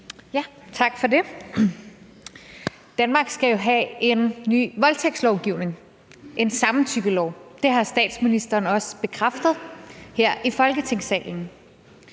Tak for det. Danmark skal jo have en ny voldtægtslovgivning, en samtykkelov. Det har statsministeren også bekræftet her i Folketingssalen.